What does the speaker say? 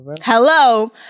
Hello